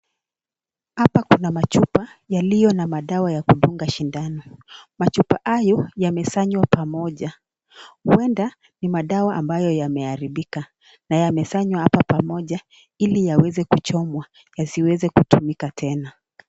Hapa kuna machupa yaliyo na madawa ya kudunga sindano. Machupa hayo yamesanywa pamoja huenda ni madawa ambayo yameharibika na yamesanywa hapa pamoja ili yaweze kuchomwa yasiweze kutumika tena.